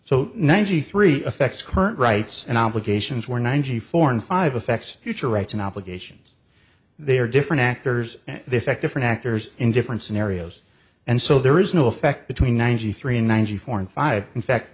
so ninety three affects current rights and obligations were ninety four and five affects future rights and obligations they are different actors effect different actors in different scenarios and so there is no effect between ninety three and ninety four and five in fact